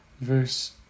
verse